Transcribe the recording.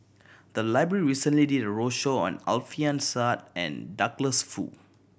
the library recently did a roadshow on Alfian Sa'at and Douglas Foo